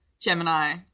Gemini